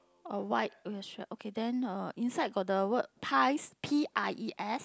a white with a shirt okay then uh inside got the word pies P I E S